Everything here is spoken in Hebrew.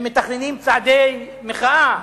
הם מתכננים צעדי מחאה,